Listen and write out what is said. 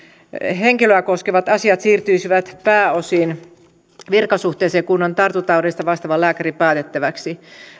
henkilöä koskevat asiat siirtyisivät pääosin kunnan tartuntataudeista vastaavan virkasuhteisen lääkärin päätettäväksi